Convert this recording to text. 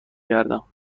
گردم